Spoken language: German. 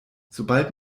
sobald